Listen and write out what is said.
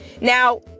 Now